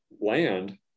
land